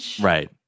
Right